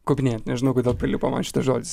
kopinėjant nežinau kodėl prilipo man šitas žodis